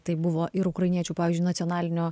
tai buvo ir ukrainiečių pavyzdžiui nacionalinio